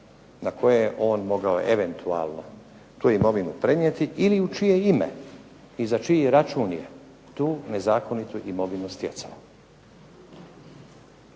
na koje je on mogao eventualno tu imovinu prenijeti ili u čije ime i za čiji račun je tu nezakonitu imovinu stjecao.